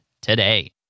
today